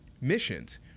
missions